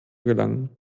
gelangen